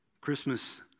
Christmas